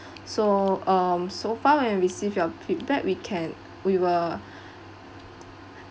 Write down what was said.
so um so far when receive your feedback we can we will